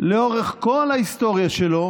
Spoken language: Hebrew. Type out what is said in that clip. לאורך כל ההיסטוריה שלו